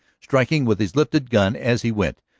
striking with his lifted gun as he went,